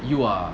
you are